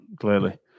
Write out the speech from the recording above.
clearly